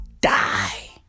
die